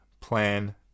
plan